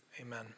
Amen